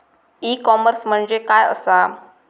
E commerce म्हणजे काय असा?